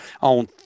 on